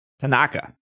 Tanaka